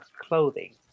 clothing